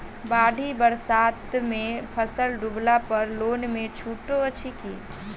बाढ़ि बरसातमे फसल डुबला पर लोनमे छुटो अछि की